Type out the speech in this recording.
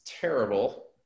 terrible